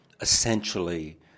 essentially